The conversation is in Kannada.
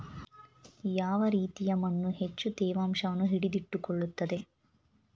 ಯಾವ ರೀತಿಯ ಮಣ್ಣು ಹೆಚ್ಚು ತೇವಾಂಶವನ್ನು ಹಿಡಿದಿಟ್ಟುಕೊಳ್ಳುತ್ತದೆ?